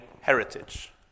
heritage